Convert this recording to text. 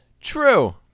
true